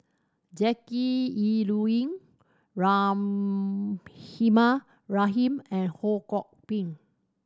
Jackie Yi Ru Ying Rahimah Rahim and Ho Kwon Ping